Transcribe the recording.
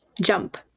jump